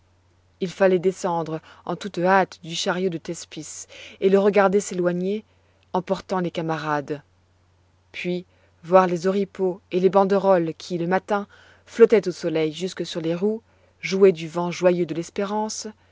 il fallait descendre en toute hâte du chariot de thespis et le regarder s'éloigner emportant les camarades puis voir les oripeaux et les banderoles qui le matin flottaient au soleil jusque sur les roues jouets du vent joyeux de l'espérance